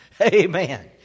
Amen